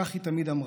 כך היא תמיד אמרה.